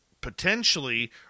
potentially